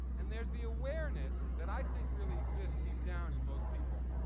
and there's the awareness that i think really exists deep down in most people